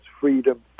freedom